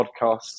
podcasts